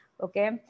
Okay